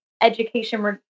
education